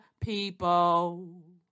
people